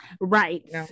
Right